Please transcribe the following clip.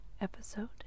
episode